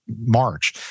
March